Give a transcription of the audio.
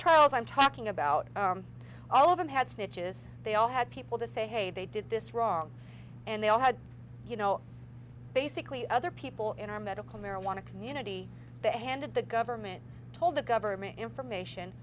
trials i'm talking about all of them had snitches they all had people to say hey they did this wrong and they all had you know basically other people in our medical marijuana community they handed the government told the government information